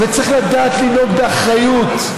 וצריך לדעת לנהוג באחריות.